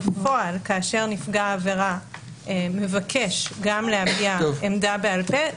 בפועל כאשר נפגע העבירה מבקש גם להביע עמדה בעל פה,